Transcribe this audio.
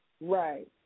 Right